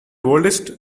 oldest